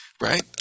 Right